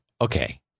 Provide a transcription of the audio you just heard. okay